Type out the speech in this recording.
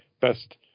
best